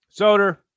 Soder